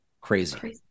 Crazy